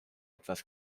etwas